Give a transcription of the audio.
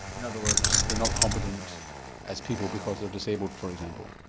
in other words they're not competent as people because they're disabled for example?